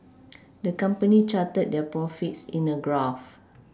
the company charted their profits in a graph